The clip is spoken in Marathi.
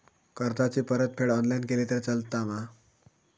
कर्जाची परतफेड ऑनलाइन केली तरी चलता मा?